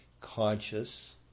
conscious